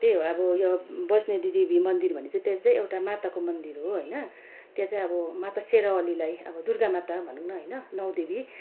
त्यही अब यो वैष्णोदेवी भन्ने मन्दिर छ त्यहाँ चाहिँ एउटा माताको मन्दिर हो होइन त्यहाँ चाहिँ अब माता शेरावालीलाई अब दुर्गामाता भनौँ न होइन नौ देवी